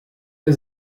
der